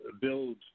build